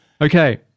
Okay